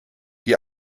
die